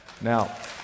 Now